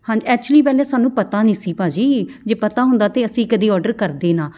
ਹਾਂਜੀ ਐਕਚੁਲੀ ਪਹਿਲੇ ਸਾਨੂੰ ਪਤਾ ਨੀ ਸੀ ਭਾਅ ਜੀ ਜੇ ਪਤਾ ਹੁੰਦਾ ਤਾਂ ਅਸੀਂ ਕਦੀ ਔਡਰ ਕਰਦੇ ਨਾ